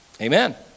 Amen